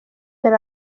per